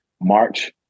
March